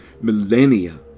millennia